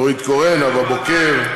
נורית קורן, נאוה בוקר.